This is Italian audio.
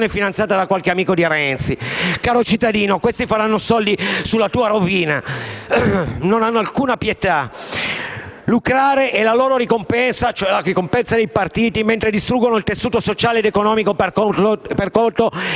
finanziata da qualche amico di Renzi. Caro cittadino, questi faranno i soldi sulla tua rovina, non hanno alcuna pietà. Lucrare è la loro ricompensa, cioè la ricompensa dei partiti, mentre distruggono il tessuto sociale ed economico per conto